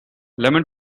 lemon